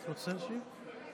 רוצה להשיב?